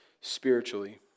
spiritually